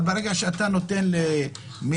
אבל ברגע שאתה נותן לשופט,